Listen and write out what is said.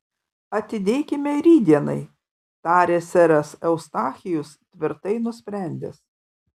atidėkime rytdienai tarė seras eustachijus tvirtai nusprendęs